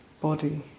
body